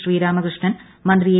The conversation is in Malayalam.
ശ്രീരാമകൃഷ്ണൻ മന്ത്രി എ